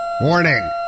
Warning